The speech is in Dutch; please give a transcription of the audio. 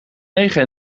negen